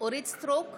אורית מלכה סטרוק,